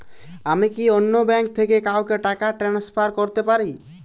আমি কি অন্য ব্যাঙ্ক থেকে কাউকে টাকা ট্রান্সফার করতে পারি?